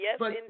Yes